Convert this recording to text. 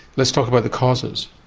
let's talk about the causes.